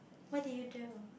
what did you do